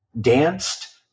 danced